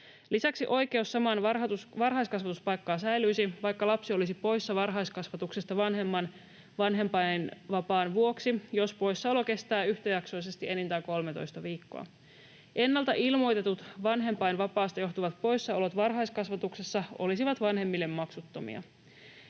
Lisäksi oikeus samaan varhaiskasvatuspaikkaan säilyisi, vaikka lapsi olisi poissa varhaiskasvatuksesta vanhemman vanhempainvapaan vuoksi, jos poissaolo kestää yhtäjaksoisesti enintään 13 viikkoa. Ennalta ilmoitetut, vanhempainvapaasta johtuvat poissaolot varhaiskasvatuksessa olisivat vanhemmille maksuttomia.